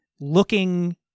looking